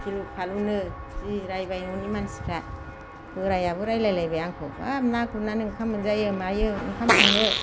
गिलु फालुनो जि रायबाय न'नि मानसिफ्रा बोरायाबो रायलाय लायबाय आंखौ हाब ना गुरनानै ओंखाम मोनजायो मायो ओंखाम संनो